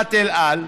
לחברת אל על?